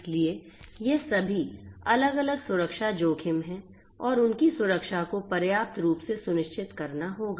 इसलिए ये सभी अलग अलग सुरक्षा जोखिम हैं और उनकी सुरक्षा को पर्याप्त रूप से सुनिश्चित करना होगा